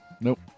Nope